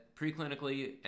preclinically